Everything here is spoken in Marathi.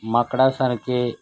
माकडसारखे